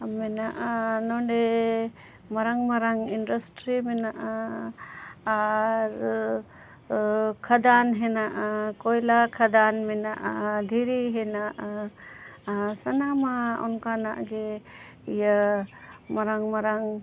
ᱢᱮᱱᱟᱜᱼᱟ ᱱᱚᱰᱮ ᱢᱟᱨᱟᱝ ᱢᱟᱨᱟᱝ ᱤᱱᱰᱟᱥᱴᱨᱤ ᱢᱮᱱᱟᱜᱼᱟ ᱟᱨ ᱠᱷᱟᱫᱟᱱ ᱢᱮᱱᱟᱜᱼᱟ ᱠᱚᱭᱞᱟ ᱠᱷᱟᱫᱟᱱ ᱢᱮᱱᱟᱜᱼᱟ ᱫᱷᱤᱨᱤ ᱢᱮᱱᱟᱜᱼᱟ ᱥᱟᱱᱟᱢᱟᱜ ᱚᱱᱠᱟᱱᱟᱜ ᱜᱮ ᱤᱭᱟᱹ ᱢᱟᱨᱟᱝ ᱢᱟᱨᱟᱝ